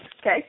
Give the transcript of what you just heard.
okay